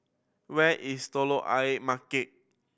where is Telok Ayer Market